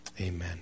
Amen